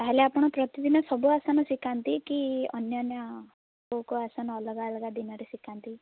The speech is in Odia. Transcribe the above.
ତା'ହାଲେ ଆପଣ ପ୍ରତିଦିନ ସବୁ ଆସନ ଶିଖାନ୍ତି କି ଅନ୍ୟାନ୍ୟ କେଉଁ କେଉଁ ଆସନ ଅଲଗା ଅଲଗା ଦିନରେ ଶିଖାନ୍ତି